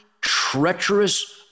treacherous